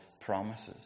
promises